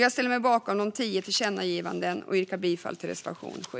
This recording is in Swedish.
Jag ställer mig bakom de tio tillkännagivandena och yrkar bifall till reservation 7.